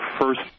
first